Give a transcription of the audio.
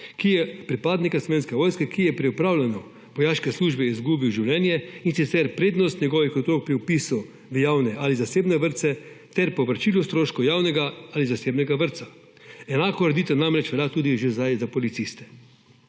članov pripadnika Slovenske vojske, ki je pri opravljanju vojaške službe izgubil življenje, in sicer prednost njegovih otrok pri vpisu v javne ali zasebne vrtce ter povračilo stroškov javnega ali zasebnega vrtca. Enaka ureditev namreč velja tudi že zdaj za policiste. Poleg